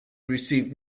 received